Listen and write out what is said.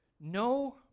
no